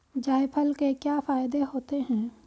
जायफल के क्या फायदे होते हैं?